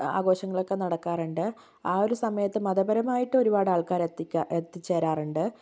ആഘോഷങ്ങളൊക്കെ നടക്കാറുണ്ട് ഏത് ആ ഒരു സമയത്ത് മതപരമായിട്ട് ഒരുപാട് ആൾക്കാറ് ഒത്തി ക എത്തിചേരാറുണ്ട്